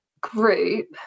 group